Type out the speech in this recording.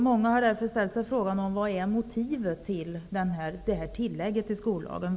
Många har därför ställt sig frågan vad som är motivet till det här tillägget i skollagen.